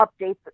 update